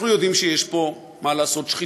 אנחנו יודעים שיש פה, מה לעשות, שחיתות.